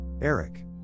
Eric